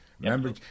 Remember